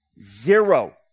Zero